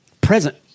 present